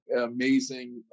amazing